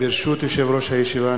ברשות יושב-ראש הישיבה,